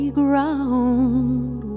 ground